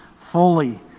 fully